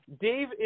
Dave